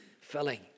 filling